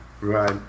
Right